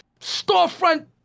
storefront